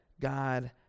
god